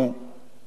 אני חושב,